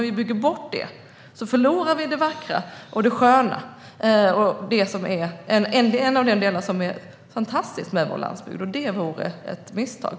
Om vi bygger bort dem förlorar vi det vackra och sköna som är en del av det som är fantastiskt med vår landsbygd. Det vore ett misstag.